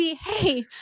hey